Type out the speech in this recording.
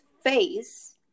face